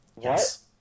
Yes